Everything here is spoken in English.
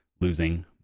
losing